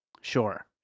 Sure